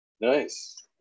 Nice